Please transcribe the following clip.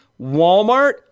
Walmart